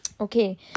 Okay